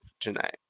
tonight